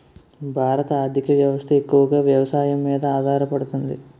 భారత ఆర్థిక వ్యవస్థ ఎక్కువగా వ్యవసాయం మీద ఆధారపడుతుంది